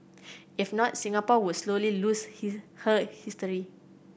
if not Singapore would slowly lose his her history